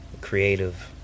creative